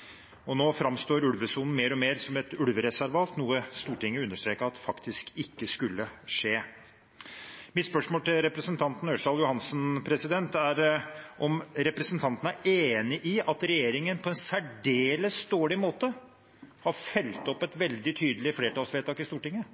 Stortinget. Nå framstår ulvesonen mer og mer som et ulvereservat, noe Stortinget understreket ikke skulle skje. Mitt spørsmål til representanten Ørsal Johansen er om han er enig i at regjeringen på en særdeles dårlig måte har fulgt opp et veldig tydelig flertallsvedtak i Stortinget.